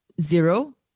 zero